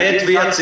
אמת ויציב.